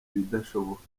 ibidashoboka